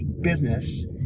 business